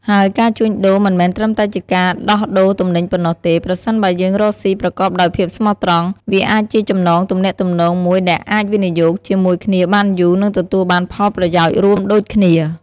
ហើយការជួញដូរមិនមែនត្រឹមតែជាការដោះដូរទំនិញប៉ុណ្ណោះទេ ប្រសិនបើយើងរកស៊ីប្រកបដោយភាពស្មោះត្រង់ វាអាចជាចំណងទំនាក់ទំនងមួយដែលអាចវិនិយោគជាមួយគ្នាបានយូរនិងទទួលបានផលប្រយោជន៍រួមដូចគ្នា។